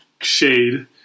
shade